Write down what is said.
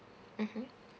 mmhmm